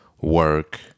work